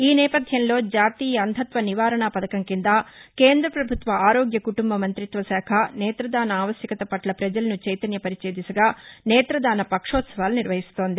ఈ నేపథ్యంలో జాతీయ అంధత్వ నివారణా పథకం కింద కేంద్రపభుత్వ ఆరోగ్య కుటుంబ మంతిత్వ శాఖ నేత్రదాన ఆవశ్యకత పట్ల ప్రజలను చైతన్యపరిచే దిశగా న్నేతదాన పక్షోత్సవాలు నిర్వహిస్తోంది